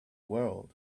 world